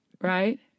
right